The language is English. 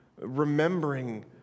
remembering